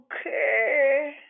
Okay